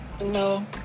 No